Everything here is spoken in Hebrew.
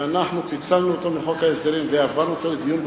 ואנחנו פיצלנו אותו מחוק ההסדרים והעברנו אותו לדיון בוועדה,